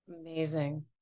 Amazing